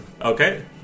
Okay